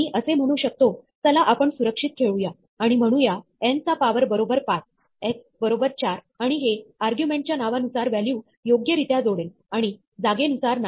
मी असे म्हणू शकतो चला आपण सुरक्षित खेळूया आणि म्हणूया n चा पावर बरोबर 5 x बरोबर 4 आणि हे आर्ग्युमेंटच्या नावानुसार व्हॅल्यू योग्यरीत्या जोडेल आणि जागेनुसार नाही